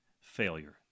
failure